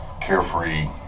carefree